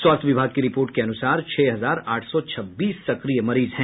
स्वास्थ्य विभाग की रिपोर्ट के अनुसार छह हजार आठ सौ छब्बीस सक्रिय मरीज हैं